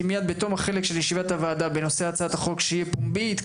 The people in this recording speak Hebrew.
כי מייד בתום החלק של ישיבת הוועדה בנושא הצעת החוק שהיא פומבית,